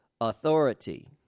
authority